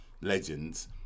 legends